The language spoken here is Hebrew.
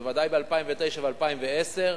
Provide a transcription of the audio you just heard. ודאי ב-2009 ו-2010,